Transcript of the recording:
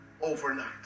Overnight